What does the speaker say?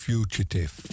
Fugitive